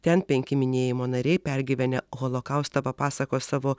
ten penki minėjimo nariai pergyvenę holokaustą papasakos savo